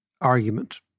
argument